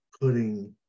putting